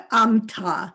amta